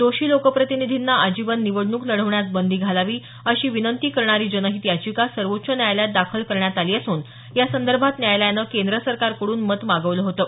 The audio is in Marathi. दोषी लोकप्रतिनिधींना आजीवन निवडणूक लढवण्यास बंदी घालावी अशी विनंती करणारी जनहित याचिका सर्वोच्च न्यायालयात दाखल करण्यात आली असून यासंदर्भात न्यायालयानं केंद्र सरकारकडून मत मागवलं होतं